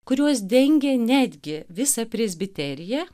kurios dengė netgi visą presbiteriją